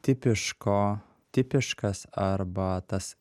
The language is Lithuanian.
tipiško tipiškas arba tas